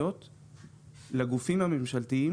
חה"כ טטיאנה מזרסקי,